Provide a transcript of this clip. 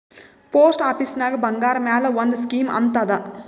post ಆಫೀಸ್ನಾಗ್ ಬಂಗಾರ್ ಮ್ಯಾಲ ಒಂದ್ ಸ್ಕೀಮ್ ಅಂತ್ ಅದಾ